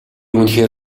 үнэхээр